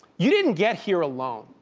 you didn't get here alone.